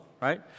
right